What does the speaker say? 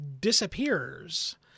disappears